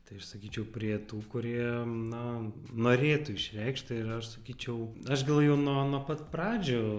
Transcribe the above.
tai aš sakyčiau prie tų kurie na norėtų išreikšti ir aš sakyčiau aš gal jau nuo nuo pat pradžių